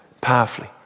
powerfully